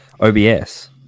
OBS